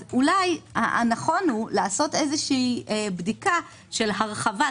אז אולי הנכון הוא לעשות איזו בדיקה של הרחבת